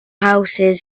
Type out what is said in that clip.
houses